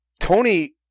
Tony